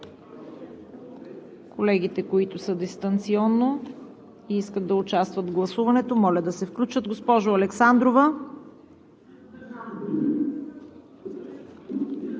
Колегите, които са дистанционно и искат да участват в гласуването, моля да се включат. Госпожо Александрова?